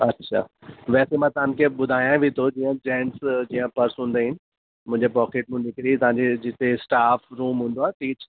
अछा वैसे मां तव्हांखे ॿुधायां बि थो जीअं जैंड्स जीअं पर्स हूंदा आहिनि मुंहिंजे पॉकेट मां निकिरी तव्हांजे जिते स्टाफ रुम हूंदो आहे